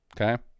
okay